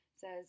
says